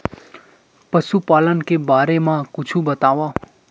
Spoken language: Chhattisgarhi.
पशुपालन के बारे मा कुछु बतावव?